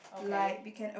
okay